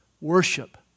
worship